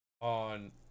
on